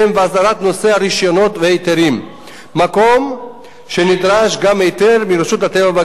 והסדרת נושא הרשיונות וההיתרים מקום שנדרש גם היתר מרשות הטבע והגנים.